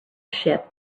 ship